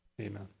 amen